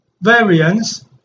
variance